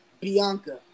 Bianca